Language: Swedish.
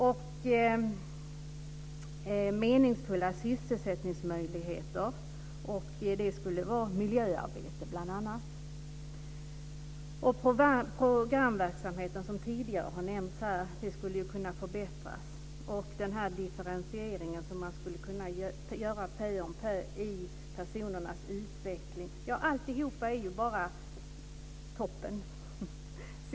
Det talas om meningsfulla sysselsättningsmöjligheter, och det skulle bl.a. vara miljöarbete. Programverksamheten, som har nämnts här tidigare, skulle kunna förbättras. Den här differentieringen skulle man kunna göra pö om pö i personernas utveckling. Alltihop är toppen.